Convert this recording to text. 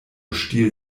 stiel